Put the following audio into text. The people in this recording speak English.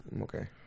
Okay